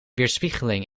weerspiegeling